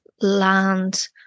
land